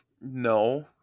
No